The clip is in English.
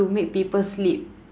to make people sleep